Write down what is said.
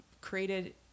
Created